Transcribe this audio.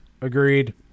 Agreed